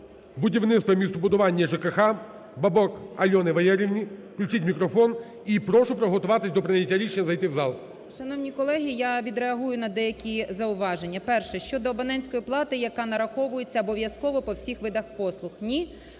будівництва і містобудування, і ЖКГ Бабак Альони Валеріївни, включіть мікрофон і прошу приготуватися до прийняття рішення зайти в зал. 14:05:11 БАБАК А.В. Шановні колеги, я відреагую на деякі зауваження. Перше, щодо абонентської плати, яка нараховується обов'язково по всіх видах послуг. Ні,